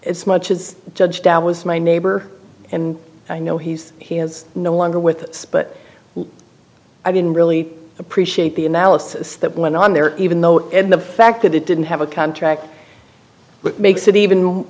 as much as judge dad was my neighbor and i know he's he is no longer with us but i didn't really appreciate the analysis that went on there even though and the fact that it didn't have a contract that makes it even